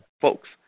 folks